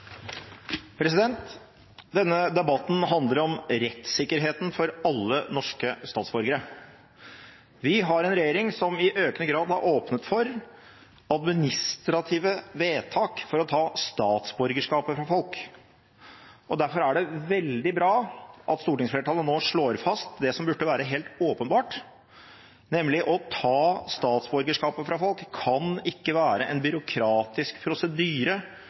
Denne debatten handler om rettssikkerheten for alle norske statsborgere. Vi har en regjering som i økende grad har åpnet for administrative vedtak for å ta statsborgerskapet fra folk, og derfor er det veldig bra at stortingsflertallet nå slår fast det som burde være helt åpenbart, nemlig at det å ta statsborgerskapet fra folk ikke kan være en byråkratisk prosedyre